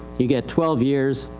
you get twelve years,